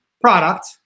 product